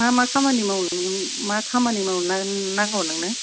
मा मा खामानि मावो नोङो मा खामानि मावनो नांगौ नोंनो